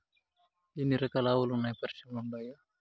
ఎన్ని రకాలు ఆవులు వున్నాయి పరిశ్రమలు ఉండాయా?